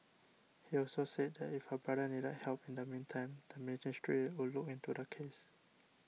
he also said that if her brother needed help in the meantime the ministry would look into the case